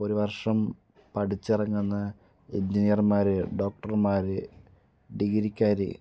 ഒരു വർഷം പഠിച്ചിറങ്ങുന്ന എൻജിനിയർമാർ ഡോക്ടർമാർ ഡിഗ്രിക്കാർ